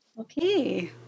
Okay